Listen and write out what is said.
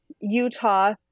Utah